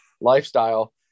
lifestyle